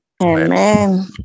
amen